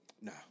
No